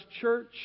church